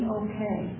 okay